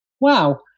Wow